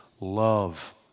love